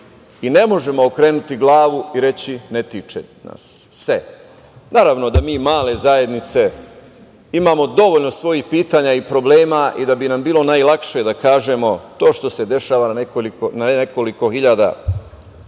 i ne možemo okrenuti glavu i reći – ne tiče nas se. Naravno da mi male zajednice imamo dovoljno svojih pitanja i problema i da bi nam bilo najlakše da kažemo to što se dešava na nekoliko hiljada